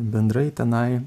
bendrai tenai